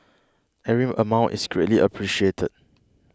every amount is greatly appreciated